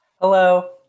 Hello